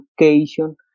education